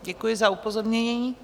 Děkuji za upozornění.